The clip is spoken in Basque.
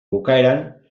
bukaeran